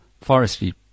forestry